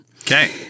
Okay